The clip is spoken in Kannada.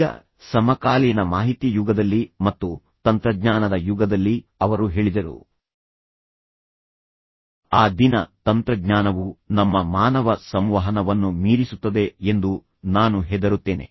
ಈಗ ಸಮಕಾಲೀನ ಮಾಹಿತಿ ಯುಗದಲ್ಲಿ ಮತ್ತು ತಂತ್ರಜ್ಞಾನದ ಯುಗದಲ್ಲಿ ಅವರು ಹೇಳಿದರು ಆ ದಿನ ತಂತ್ರಜ್ಞಾನವು ನಮ್ಮ ಮಾನವ ಸಂವಹನವನ್ನು ಮೀರಿಸುತ್ತದೆ ಎಂದು ನಾನು ಹೆದರುತ್ತೇನೆ